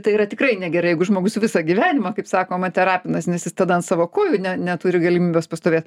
tai yra tikrai negerai jeigu žmogus visą gyvenimą kaip sakoma terapinas nes jis tada ant savo kojų ne neturi galimybės pastovėt